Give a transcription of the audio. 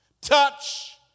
touch